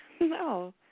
No